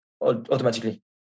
automatically